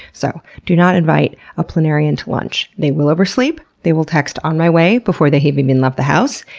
so, do not invite a planarian to lunch. they will oversleep. they will text, on my way, before they've even left the house,